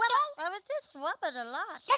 but um ah just wubbered a lot. yeah